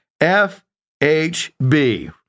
F-H-B